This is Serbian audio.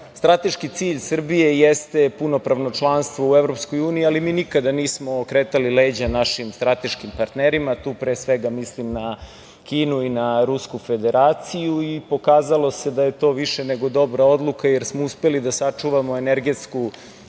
strateški cilj Srbije jeste punopravno članstvo u EU, ali mi nikada nismo okretali leđa našim strateškim partnerima. Tu, pre svega, mislim na Kinu i na Rusku Federaciju. Pokazalo se da je to više nego dobra odluka, jer smo uspeli da sačuvamo energetsku